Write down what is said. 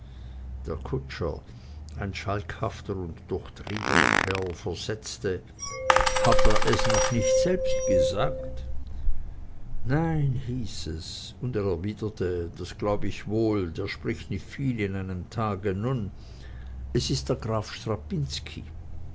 der kutscher ein schalkhafter und durchtriebener kerl versetzte hat er es noch nicht selbst gesagt nein hieß es und er erwiderte das glaub ich wohl der spricht nicht viel in einem tage nun es ist der graf